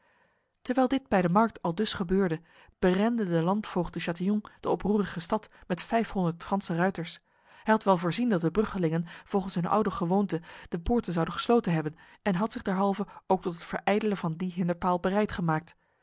terwijl dit bij de markt aldus gebeurde berende de landvoogd de chatillon de oproerige stad met vijfhonderd franse ruiters hij had wel voorzien dat de bruggelingen volgens hun oude gewoonte de poorten zouden gesloten hebben en had zich derhalve ook tot het verijdelen van die hinderpaal bereid gemaakt